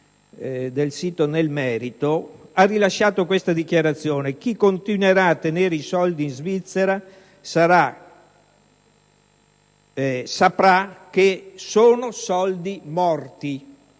il ministro Tremonti ha rilasciato questa dichiarazione: «Chi continuerà a tenere i soldi in Svizzera, sappia che sono soldi morti».